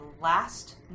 last